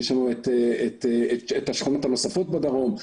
יש לנו את השכונות הנוספות בדרות,